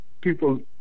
people